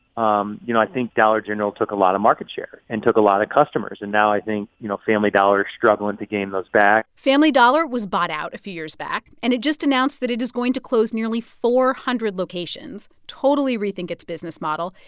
um you know, i think dollar general took a lot of market share and took a lot of customers. and now i think, you know, family dollar is struggling to gain those back family dollar was bought out a few years back. and it just announced that it is going to close nearly four hundred locations, totally rethink its business model.